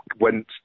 went